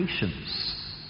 patience